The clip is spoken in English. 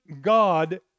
God